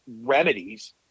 remedies